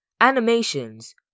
animations